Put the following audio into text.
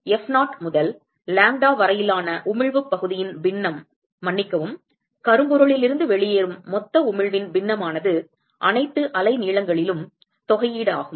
எனவே F0 முதல் lambda வரையிலான உமிழ்வுப் பகுதியின் பின்னம் மன்னிக்கவும் கருப்பொருளில் இருந்து வெளியேறும் மொத்த உமிழ்வின் பின்னமானது அனைத்து அலைநீளங்களிலும் தொகை ஈடாகும்